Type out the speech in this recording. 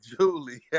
Julie